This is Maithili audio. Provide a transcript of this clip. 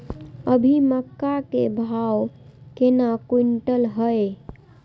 अभी मक्का के भाव केना क्विंटल हय?